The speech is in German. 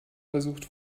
versucht